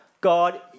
God